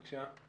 בבקשה.